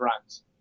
runs